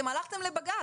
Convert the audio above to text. אתם הלכתם לבג"ץ.